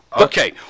Okay